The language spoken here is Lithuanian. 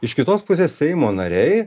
iš kitos pusės seimo nariai